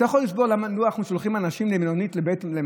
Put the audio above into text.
אתה יכול להסביר מדוע אנחנו שולחים אנשים למלונית למעצר?